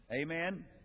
Amen